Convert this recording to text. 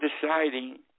deciding